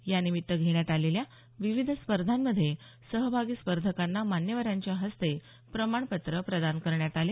यानिमित्त घेण्यात आलेल्या विविध स्पर्धांमध्ये सहभागी स्पर्धकांना मान्यवरांच्या हस्ते प्रमाणपत्र प्रदान करण्यात आले